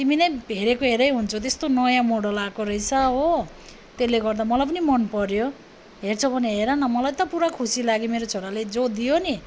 तिमी नै हेरेको हेरेकै हुन्छौ त्यस्तो नयाँ मोडल आएको रहेछ हो त्यसले गर्दा मलाई पनि मनपर्यो हेर्छौ भने हेरन मलाई त खुसी लाग्यो मेरो छोराले जो दियो नि